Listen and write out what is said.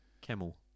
Camel